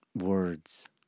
words